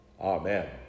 Amen